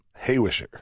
Haywisher